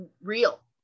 real